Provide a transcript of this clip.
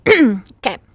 okay